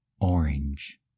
orange